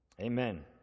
Amen